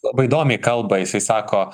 labai įdomiai kalba jisai sako